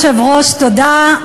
אדוני היושב-ראש, תודה.